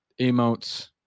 emotes